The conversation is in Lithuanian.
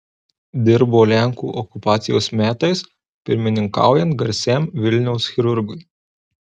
dirbo lenkų okupacijos metais pirmininkaujant garsiam vilniaus chirurgui